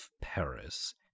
Paris